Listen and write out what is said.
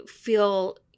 feel